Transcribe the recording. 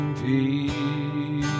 peace